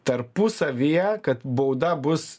tarpusavyje kad bauda bus